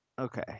okay